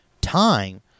time